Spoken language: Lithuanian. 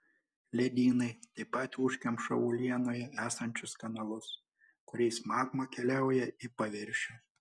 ledynai taip pat užkemša uolienoje esančius kanalus kuriais magma keliauja į paviršių